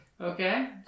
Okay